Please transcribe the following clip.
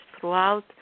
throughout